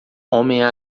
homem